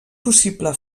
possible